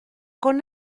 con